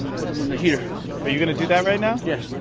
and put them in the heater are you going to do that right now? yeah